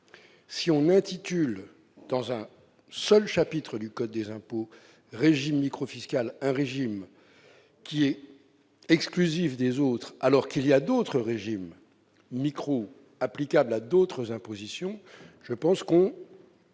si on est titulaire dans un seul chapitre du code des impôts régime micro-fiscal, un régime qui est exclusive des autres alors qu'il y a d'autres régimes micro applicable à d'autres impositions, je pense qu'on.